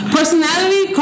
Personality